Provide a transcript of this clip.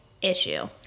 Issue